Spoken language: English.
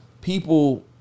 people